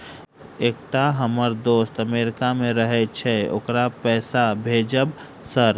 एकटा हम्मर दोस्त अमेरिका मे रहैय छै ओकरा पैसा भेजब सर?